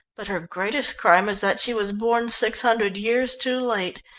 but her greatest crime is that she was born six hundred years too late.